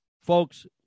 folks